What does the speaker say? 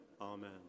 Amen